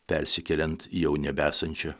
persikeliant jau nebesančią